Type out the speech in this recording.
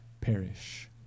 perish